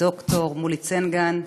ד"ר מולי צנגן,